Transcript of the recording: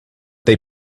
they